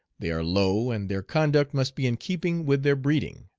they are low, and their conduct must be in keeping with their breeding.